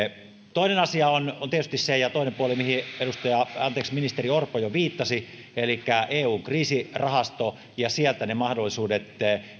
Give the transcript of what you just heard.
toinen asia ja toinen puoli mihin ministeri orpo jo viittasi on tietysti eun kriisirahasto ja ne mahdollisuudet